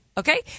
Okay